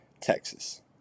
Texas